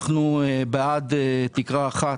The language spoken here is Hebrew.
אנחנו בעד תקרה אחת,